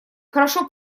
хорошо